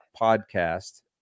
podcast